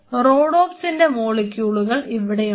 റോഡോപ്സിന്റെ മോളിക്യൂളുകൾ rhodopsin's molecules ഇവിടെയുണ്ട്